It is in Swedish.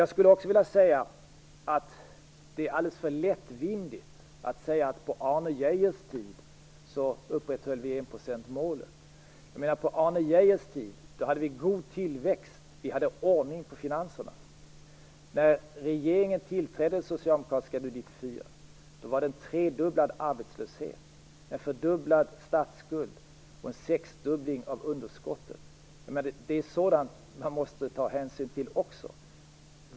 Jag skulle också vilja säga att det är alldeles för lättvindigt att säga att på Arne Geijers tid upprätthöll vi enprocentsmålet. På Arne Geijers tid hade vi god tillväxt och ordning på finanserna. När den socialdemokratiska regeringen tillträdde 1994 var det en tredubblad arbetslöshet, en fördubblad statsskuld och ett sexdubblat underskott. Sådant måste man också ta hänsyn till.